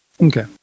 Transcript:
okay